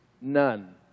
None